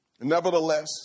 Nevertheless